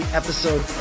episode